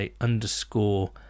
underscore